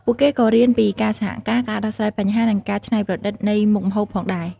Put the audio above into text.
ពួកគេក៏រៀនពីការសហការ ការដោះស្រាយបញ្ហា និងការច្នៃប្រឌិតនៃមុខម្ហូបផងដែរ ។